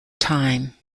time